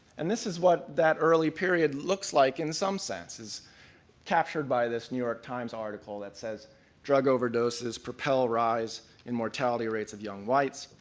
and this is what that early period looks like in some sense, is captured by this new york times article that says drug overdoses propel rise in mortality rates of young whites,